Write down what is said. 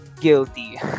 guilty